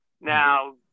Now